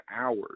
hours